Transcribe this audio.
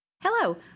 Hello